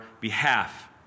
behalf